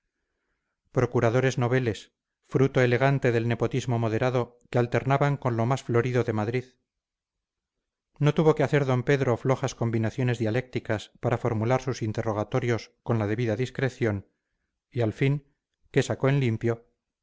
procuradores noveles fruto elegante del nepotismo moderado que alternaban con lo más florido de madrid no tuvo que hacer d pedro flojas combinaciones dialécticas para formular sus interrogatorios con la debida discreción y al fin qué sacó en limpio